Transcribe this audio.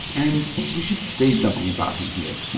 and we should say something about him here.